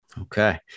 Okay